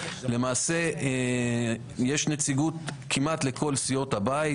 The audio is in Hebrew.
למעשה יש נציגות כמעט לכל סיעות הבית.